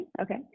Okay